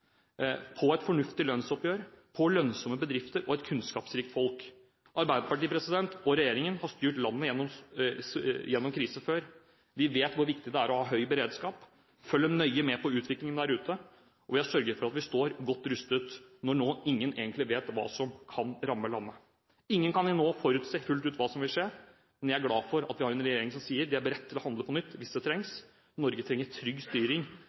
på et fornuftig lønnsoppgjør, på lønnsomme bedrifter og på et kunnskapsrikt folk. Arbeiderpartiet og regjeringen har styrt landet gjennom kriser før, vi vet hvor viktig det er å ha høy beredskap og følge nøye med på utviklingen der ute. Vi har sørget for at vi står godt rustet når ingen nå vet hva som kan ramme landet. Ingen kan forutse fullt ut hva som vil skje, men jeg er glad for at vi har en regjering som sier at den er beredt til å handle på nytt hvis det trengs. Norge trenger trygg styring.